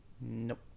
Nope